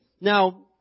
Now